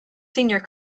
senior